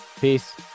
Peace